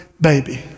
baby